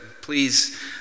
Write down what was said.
please